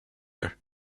her